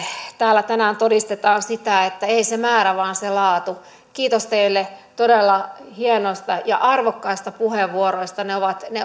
täällä tänään todistetaan sitä että ei se määrä vaan se laatu kiitos teille todella hienoista ja arvokkaista puheenvuoroista